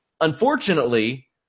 Unfortunately